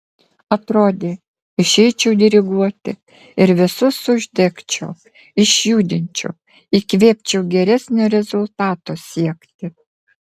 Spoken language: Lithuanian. atrodė išeičiau diriguoti ir visus uždegčiau išjudinčiau įkvėpčiau geresnio rezultato siekti